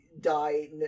die